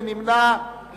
מי נמנע?